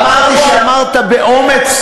אמרתי שאמרת באומץ,